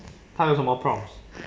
他有什么 prompts